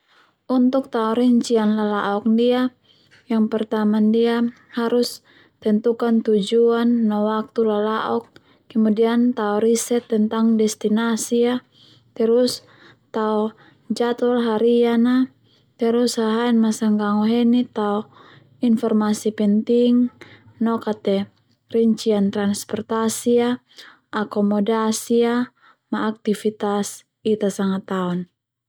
Untuk tao rincian lalaok ndia yang pertama ndia harus tentukan tujuan no waktu lalaok kemudian tao riset tentang destinasi a terus tao jadwal harian a terus haen masango heni tao informasi penting noka te rincian transportasi a akomodasi a ma aktifitas Ita sanga taon.